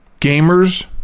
gamers